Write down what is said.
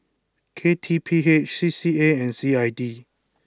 K T P H C C A and C I D